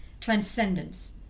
transcendence